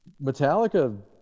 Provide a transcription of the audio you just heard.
Metallica